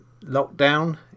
lockdown